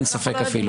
אין ספק אפילו.